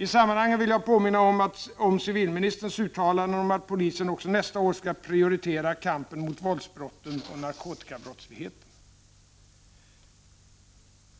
I sammanhanget vill jag påminna om civilministerns uttalanden om att polisen också nästa år skall prioritera kampen mot våldsbrotten och narkotikabrottsligheten.